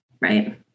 right